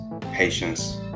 patience